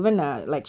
ya